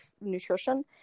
nutrition